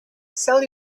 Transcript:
sell